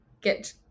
get